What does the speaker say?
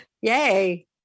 Yay